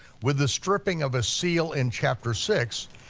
with the stripping of a seal in chapter six,